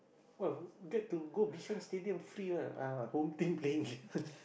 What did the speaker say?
what get to go Bishan stadium free one ah Home-Team playing